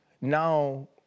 now